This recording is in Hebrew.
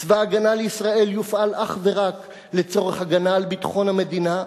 צבא-הגנה לישראל יופעל אך ורק לצורך הגנה על ביטחון המדינה.